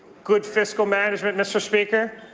good fiscal management, mr. speaker?